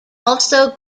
also